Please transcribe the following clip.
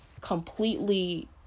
completely